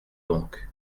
donc